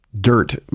dirt